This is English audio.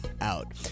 out